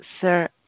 Sir